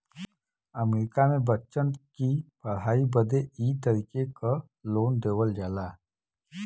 अमरीका मे बच्चन की पढ़ाई बदे ई तरीके क लोन देवल जाला